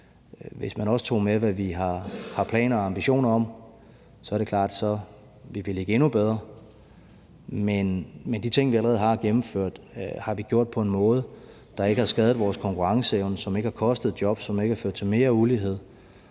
Hvis man også tog med, hvad vi har planer og ambitioner om, så er det klart, at vi ville ligge endnu bedre. Men de ting, vi allerede har gennemført, har vi gjort på en måde, der ikke har skadet vores konkurrenceevne, som ikke har kostet jobs, som ikke har ført til mere ulighed,